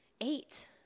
Eight